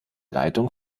leitung